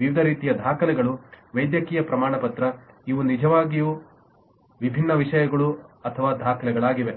ವಿವಿಧ ರೀತಿಯ ದಾಖಲೆಗಳು ವೈದ್ಯಕೀಯ ಪ್ರಮಾಣಪತ್ರ ಇವು ಖಂಡಿತವಾಗಿಯೂ ವಿಭಿನ್ನ ವಿಷಯಗಳು ಅಥವಾ ದಾಖಲೆಗಳಾಗಿವೆ